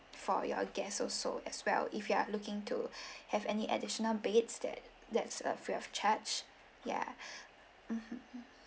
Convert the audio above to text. for your guests also as well if you're looking to have any additional beds that that's a free of charge yeah mmhmm